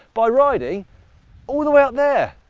by riding all the way up there.